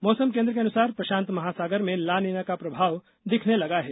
मौसम केन्द्र के अनुसार प्रशांत महासागर में ला निना प्रभाव दिखने लगा है